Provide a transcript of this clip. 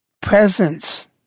presence